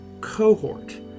cohort